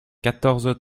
quatorze